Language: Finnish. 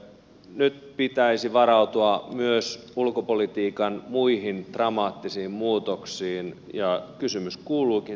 nyt pitäisi varautua myös ulkopolitiikan muihin dramaattisiin muutoksiin ja kysymys kuuluukin